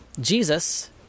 Jesus